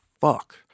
fuck